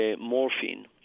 morphine